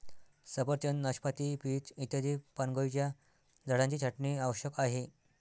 सफरचंद, नाशपाती, पीच इत्यादी पानगळीच्या झाडांची छाटणी आवश्यक आहे